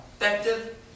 effective